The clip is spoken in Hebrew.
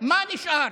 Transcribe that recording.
מה נשאר?